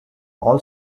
all